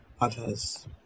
others